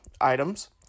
items